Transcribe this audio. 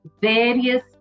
various